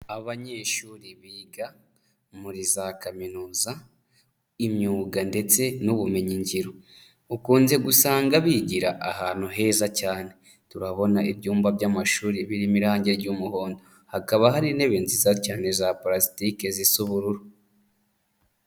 Abanyeshuri biga muri za kaminuza, imyuga ndetse n'ubumenyingiro ukunze gusanga bigira ahantu heza cyane. Turabona ibyumba by'amashuri birimo irangi ry'umuhondo hakaba hari intebe nziza cyane za parasitiki zisa ubururu.